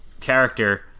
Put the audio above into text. character